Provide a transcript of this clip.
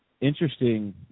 interesting